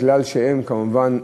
כמובן,